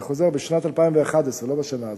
אני חוזר, בשנת 2011, לא בשנה הזאת,